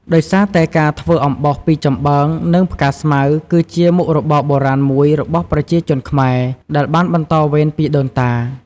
ដោយសារតែការធ្វើអំបោសពីចំបើង និងផ្កាស្មៅ គឺជាមុខរបរបុរាណមួយរបស់ប្រជាជនខ្មែរ ដែលបានបន្តវេនពីដូនតា។